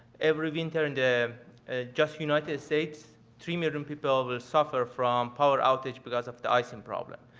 every winter in the just united states three million people will suffer from power outage because of the icing problem.